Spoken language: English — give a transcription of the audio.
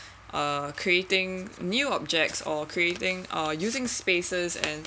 uh creating new objects or creating uh using spaces and